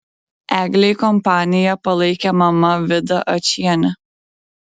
eglei kompaniją palaikė mama vida ačienė